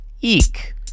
Eek